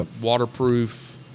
waterproof